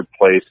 place